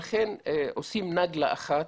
עושים נגלה אחת.